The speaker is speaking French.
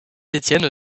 etienne